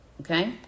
okay